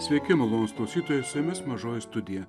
sveiki malonūs klausytojai su jumis mažoji studija